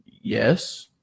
Yes